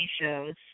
shows